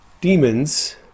demons